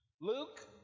Luke